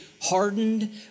hardened